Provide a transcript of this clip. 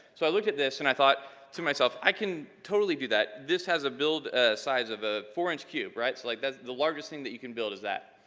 so i looked at this and i thought to myself, i can totally do that. this has a build, a size of a four inch cube, right? like that's the largest thing that you can build is that.